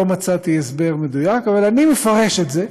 לא מצאתי הסבר מדויק, אבל אני מפרש את זה,